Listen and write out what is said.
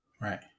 Right